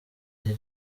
iki